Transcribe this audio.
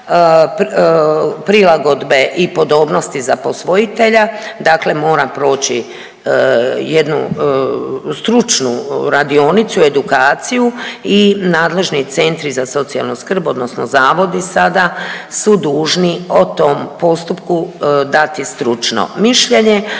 prilagodbe i podobnosti za posvojitelja, dakle mora proći jednu stručnu radionicu, edukaciju i nadležni centri za socijalnu skrb odnosno zavodi sada su dužni o tom postupku dati stručno mišljenje.